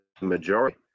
majority